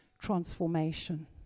transformation